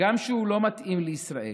גם כשהוא לא מתאים לישראל,